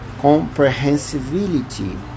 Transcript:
comprehensibility